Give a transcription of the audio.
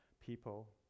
people